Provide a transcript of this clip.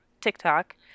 tiktok